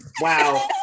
Wow